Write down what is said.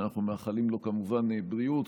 שאנחנו מאחלים לו כמובן בריאות,